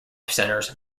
centers